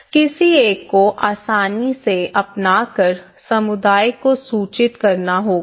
किसी एक को आसानी से अपनाकर समुदाय को सूचित करना होगा